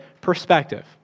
perspective